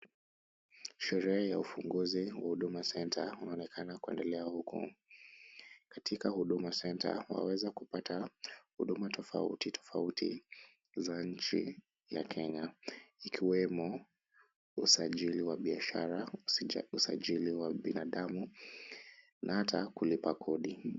Sherehe ya ufunguzi wa huduma centre inaonekana kuendelea huku. Katika huduma centre waweza kupata huduma tofauti tofauti za nchi ya Kenya ikiwemo usajili wa biashara, usajili wa binadamu na hata kulipa kodi.